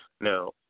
Now